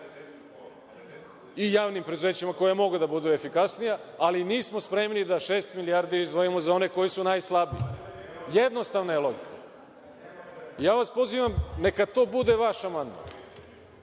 i javnim preduzećima koja mogu da budu efikasnija, ali nismo spremni da šest milijardi izdvojimo za one koji su najslabiji. Jednostavna je logika. Pozivam vas, neka to bude vaš amandman